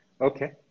Okay